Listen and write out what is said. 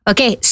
Okay